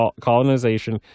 colonization